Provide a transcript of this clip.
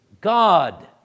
God